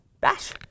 Bash